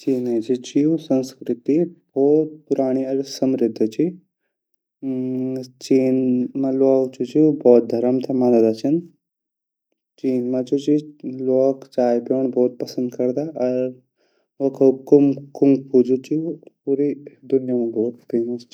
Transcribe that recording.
चीन की जु सांस्कृति ची उ भोत पुराणी अर समृद्ध ची चीन मा लवोग जु ची उ बोध धरम ते मानदा छिन चीन मा जु ची ल्वॉक चाय प्योंड़ भोत पसंद करदा अर वखो कुंग-फू जु ची उ पूरी दुनिया मा फेमस ची। /